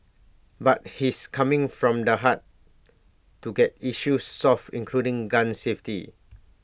but he's coming from the heart to get issues solved including gun safety